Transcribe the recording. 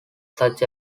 such